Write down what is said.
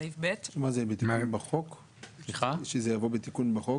זה יבוא בתיקון בחוק?